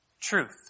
truth